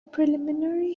preliminary